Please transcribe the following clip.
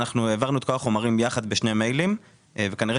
העברנו את כל החומרים ביחד בשני מיילים וכנראה